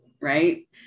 right